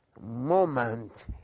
moment